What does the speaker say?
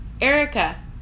erica